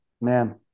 man